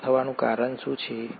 લુપ્ત થવાનું કારણ શું છે